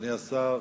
אדוני השר,